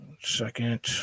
second